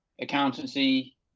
accountancy